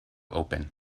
open